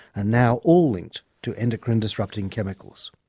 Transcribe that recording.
now all linked to endocrine disrupting chemicals.